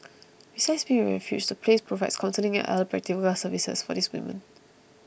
besides being a refuge the place provides counselling and other practical services for these women